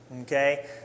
Okay